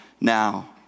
now